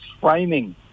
framing